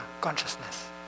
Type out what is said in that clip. consciousness